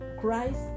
Christ